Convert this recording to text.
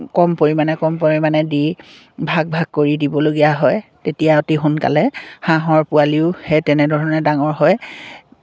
কম পৰিমাণে কম পৰিমাণে দি ভাগ ভাগ কৰি দিবলগীয়া হয় তেতিয়া অতি সোনকালে হাঁহৰ পোৱালিও সেই তেনেধৰণে ডাঙৰ হয়